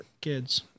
kids